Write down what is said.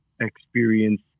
experience